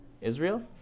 Israel